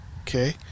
Okay